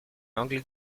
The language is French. anglais